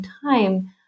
time